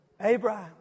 Abraham